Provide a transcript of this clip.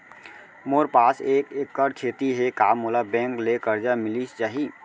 मोर पास एक एक्कड़ खेती हे का मोला बैंक ले करजा मिलिस जाही?